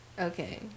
Okay